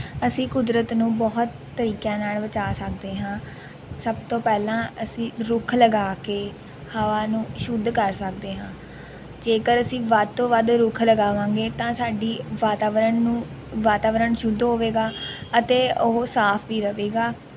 ਅਸੀਂ ਕੁਦਰਤ ਨੂੰ ਬਹੁਤ ਤਰੀਕਿਆਂ ਨਾਲ ਬਚਾ ਸਕਦੇ ਹਾਂ ਸਭ ਤੋਂ ਪਹਿਲਾਂ ਅਸੀਂ ਰੁੱਖ ਲਗਾ ਕੇ ਹਵਾ ਨੂੰ ਸ਼ੁੱਧ ਕਰ ਸਕਦੇ ਹਾਂ ਜੇਕਰ ਅਸੀਂ ਵੱਧ ਤੋਂ ਵੱਧ ਰੁੱਖ ਲਗਾਵਾਂਗੇ ਤਾਂ ਸਾਡੇ ਵਾਤਾਵਰਨ ਨੂੰ ਵਾਤਾਵਰਨ ਸ਼ੁੱਧ ਹੋਵੇਗਾ ਅਤੇ ਉਹ ਸਾਫ ਵੀ ਰਹੇਗਾ